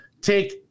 Take